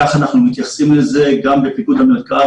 כך אנחנו מתייחסים לזה גם בפיקוד המרכז,